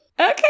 okay